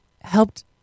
helped